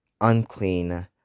unclean